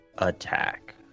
attack